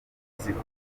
zikomoka